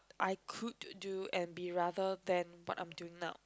I could do and be rather than what I'm doing now